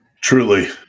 truly